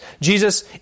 Jesus